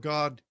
God